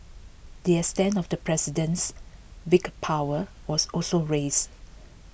the extent of the president's veto powers was also raised